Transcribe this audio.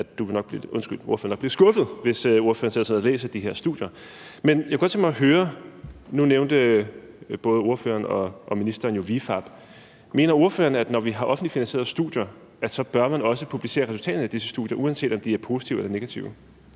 at ordføreren nok vil blive skuffet, hvis ordføreren sætter sig ned og læser de her studier. Nu nævnte både ordføreren og ministeren jo ViFAB, og så kunne jeg godt tænke mig at høre: Mener ordføreren, at når vi har offentligt finansierede studier, bør man også publicere resultaterne af disse studier, uanset om de er positive eller negative?